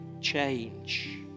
change